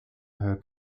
her